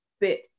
bit